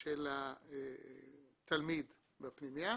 של התלמיד בפנימייה.